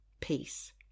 Peace